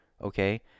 okay